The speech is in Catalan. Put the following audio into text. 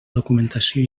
documentació